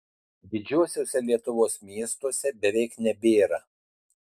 didžiuosiuose lietuvos miestuose beveik nebėra